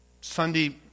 Sunday